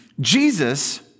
Jesus